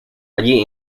allí